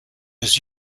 his